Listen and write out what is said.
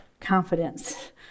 confidence